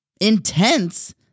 intense